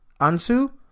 Ansu